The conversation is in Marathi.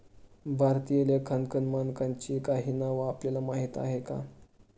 भारतीय लेखांकन मानकांची काही नावं आपल्याला माहीत आहेत का?